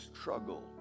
struggle